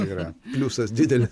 yra pliusas didelis